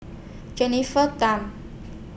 Jennifer Tham